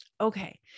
Okay